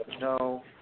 No